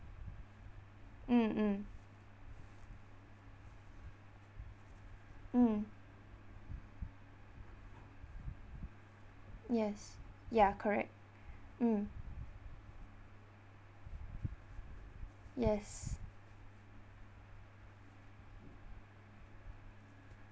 mm mm mm yes ya correct mm yes